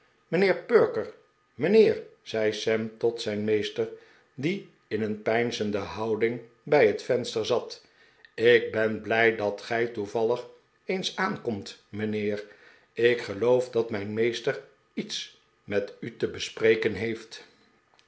mijnheer perker mijnheer zei sam tot zijn meester die in een peinzende houding bij het venster zat ik ben blij dat gij toevallig eens aankomt mijnheer ik geloof dat mijn meester iets met u te bespreken heeft